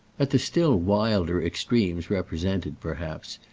at the still wilder extremes represented perhaps,